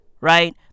Right